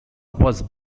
was